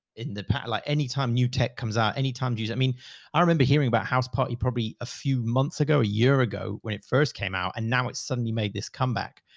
in the past, like anytime new tech comes out, anytime you use, i mean i remember hearing about house party probably a few months ago, a year ago when it first came out and now it's suddenly made this comeback.